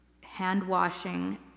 hand-washing